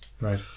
Right